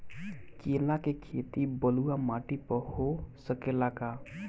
केला के खेती बलुआ माटी पर हो सकेला का?